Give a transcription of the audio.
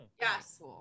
Yes